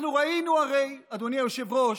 אדוני היושב-ראש,